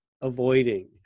avoiding